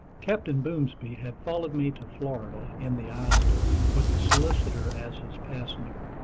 captain boomsby had followed me to florida in the islander, with the solicitor as his passenger.